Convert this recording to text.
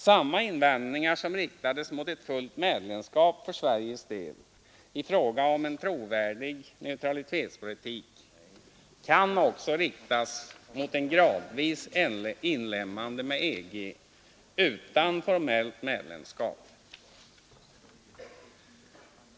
Samma invändningar som riktades mot ett fullt medlemskap för Sveriges del i fråga om en trovärdig neutralitetspolitik kan också riktas mot ett gradvis inlemmande i EG utan formellt medlemskap.